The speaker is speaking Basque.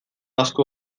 asko